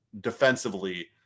defensively